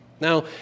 Now